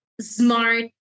smart